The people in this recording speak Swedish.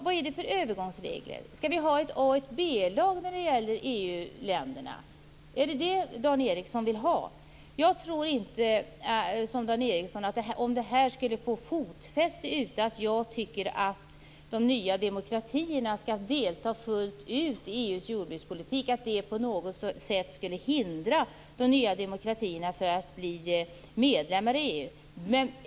Vad är det för övergångsregler? Skall vi ha A och B-lag bland EU-länderna? Är det vad Dan Ericsson vill ha? Jag tror inte som Dan Ericsson, nämligen att om detta med att jag tycker att de nya demokratierna fullt ut skall delta i EU:s jordbrukspolitik skulle få fotfäste ute på kontinenten, på något sätt skulle hindra de nya demokratierna att bli medlemmar i EU.